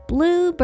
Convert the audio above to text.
Blue